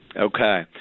Okay